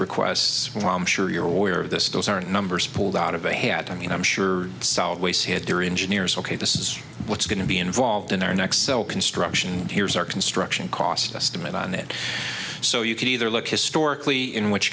requests while i'm sure you're aware of this those are numbers pulled out of a hat i mean i'm sure solid waste had their engineers ok this is what's going to be involved in our next cell construction and here's our construction cost estimate on it so you can either look historically in which